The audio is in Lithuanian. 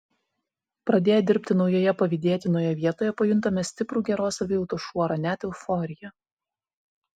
pradėję dirbti naujoje pavydėtinoje vietoje pajuntame stiprų geros savijautos šuorą net euforiją